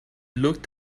looked